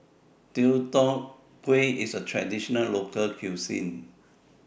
Deodeok Gui IS A Traditional Local Cuisine